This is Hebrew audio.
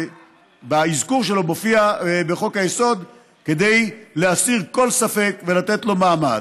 האזכור שלו מופיע בחוק-היסוד כדי להסיר כל ספק ולתת לו מעמד.